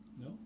No